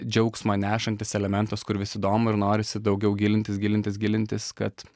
džiaugsmą nešantis elementas kur vis įdomu ir norisi daugiau gilintis gilintis gilintis kad